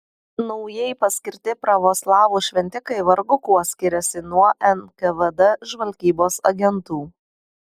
naujai paskirti pravoslavų šventikai vargu kuo skiriasi nuo nkvd žvalgybos agentų